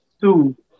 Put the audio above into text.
two